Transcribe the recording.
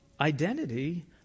Identity